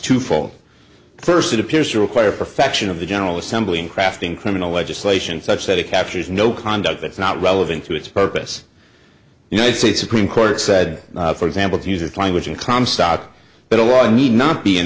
twofold first it appears to require perfection of the general assembly in crafting criminal legislation such that it captures no conduct that's not relevant to its purpose united states supreme court said for example to music language and comstock that a lot need not be in